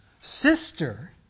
sister